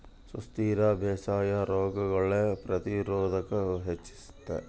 ಸುಸ್ಥಿರ ಬೇಸಾಯಾ ರೋಗಗುಳ್ಗೆ ಪ್ರತಿರೋಧಾನ ಹೆಚ್ಚಿಸ್ತತೆ